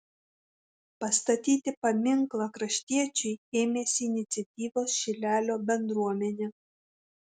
pastatyti paminklą kraštiečiui ėmėsi iniciatyvos šilelio bendruomenė